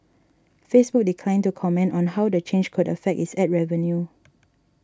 Facebook declined to comment on how the change could affect its ad revenue